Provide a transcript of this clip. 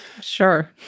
Sure